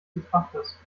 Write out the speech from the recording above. betrachters